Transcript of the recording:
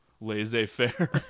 laissez-faire